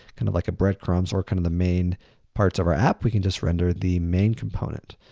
kind of, like a breadcrumbs or, kind of, the main parts of our app we can just render the main component.